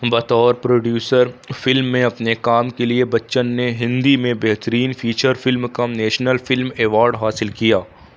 بطور producer film میں اپنے کام کے لئے بچّن نے ہندی میں بہترین فیچر فلم کم نیشنل فلم ایوارڈ حاصل کیا